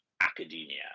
academia